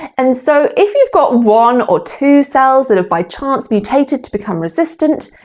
and so if you've got one or two cells that have by chance mutated to become resistant,